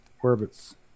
Orbits